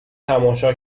تماشا